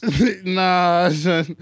Nah